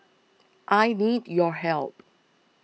I need your help